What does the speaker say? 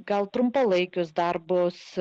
gal trumpalaikius darbus